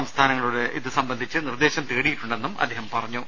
സംസ്ഥാനങ്ങളോട് ഇതു സംബന്ധിച്ച് നിർദ്ദേശം തേടിയിട്ടുണ്ടെന്നും അദ്ദേഹം അറിയിച്ചു